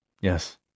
yes